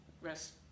rest